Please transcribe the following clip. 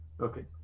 okay